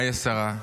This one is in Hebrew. היי, השרה.